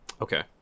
Okay